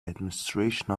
administration